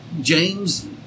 James